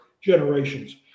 generations